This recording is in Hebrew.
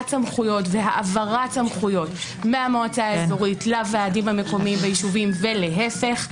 סמכויות והעברת סמכויות מהמועצה האזורית לוועדים המקומיים ביישובים ולהפך.